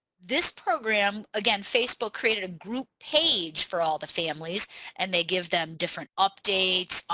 this program again facebook created a group page for all the families and they give them different updates,